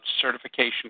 certification